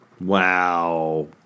Wow